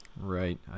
Right